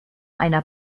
einer